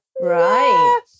right